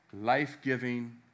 life-giving